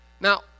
Now